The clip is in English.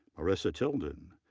marissa tilden,